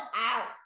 out